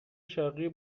شرقی